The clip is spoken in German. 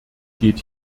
geht